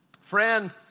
Friend